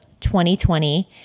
2020